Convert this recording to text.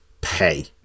pay